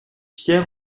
pierre